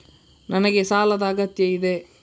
ನನಗೆ ಸಾಲದ ಅಗತ್ಯ ಇದೆ?